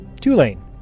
two-lane